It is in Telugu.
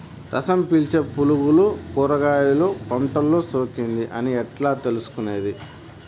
రసం పీల్చే పులుగులు కూరగాయలు పంటలో సోకింది అని ఎట్లా తెలుసుకునేది?